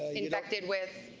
ah infected with?